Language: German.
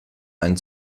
einen